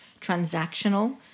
transactional